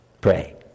Pray